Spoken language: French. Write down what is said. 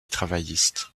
travailliste